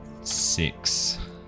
Six